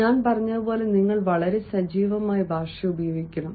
ഞാൻ പറഞ്ഞതുപോലെ നിങ്ങൾ വളരെ സജീവമായി ഭാഷ ഉപയോഗിക്കണം